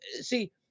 See